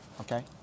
Okay